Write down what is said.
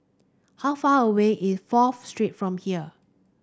how far away is Fourth Street from here